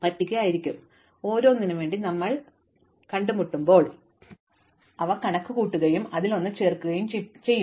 പക്ഷേ ഓരോന്നിനും വേണ്ടി നാം അവരെ കണ്ടുമുട്ടുമ്പോൾ ഞങ്ങൾ അവയ്ക്ക് കണക്കു കൂട്ടുകയും അതിലൊന്ന് ചേർക്കുകയും ചെയ്യും